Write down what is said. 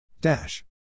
Dash